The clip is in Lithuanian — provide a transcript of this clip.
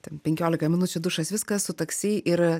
ten penkiolika minučių dušas viskas su taksi ir